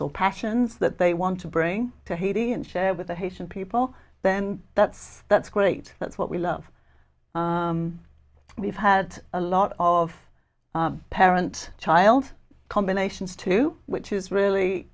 or passions that they want to bring to haiti and share with the haitian people then that's that's great that's what we love we've had a lot of parent child combinations too which is